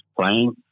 playing